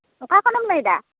ᱚᱠᱟ ᱠᱷᱚᱱᱮᱢ ᱞᱟᱹᱭ ᱮᱫᱟ